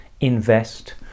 invest